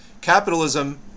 Capitalism